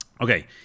Okay